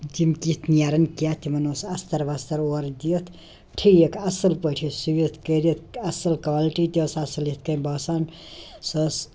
تِم کِتھ نیرَن کیٛاہ تِمن اوس استر وستر اورٕ دِتھ ٹھیٖک اَصٕل پٲٹھۍ ٲسۍ سُوِتھ کٔرِتھ اَصٕل کالٹی تہِ ٲس اَصٕل یِتھ کٔنۍ باسان سۄ ٲس